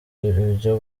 ibyo